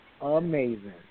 Amazing